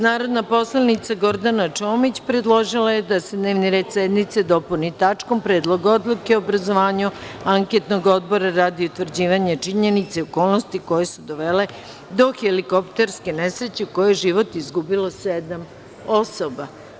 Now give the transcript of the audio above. Narodna poslanica Gordana Čomić, predložila je da se dnevni red sednice dopuni tačkom – Predlog odluke o obrazovanju anketnog odbora radi utvrđivanja činjenica i okolnosti koje su dovele do helikopterske nesreće u kojoj je život izgubilo sedam osoba.